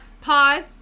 pause